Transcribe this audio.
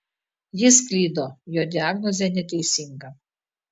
jis klydo jo diagnozė neteisinga